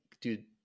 dude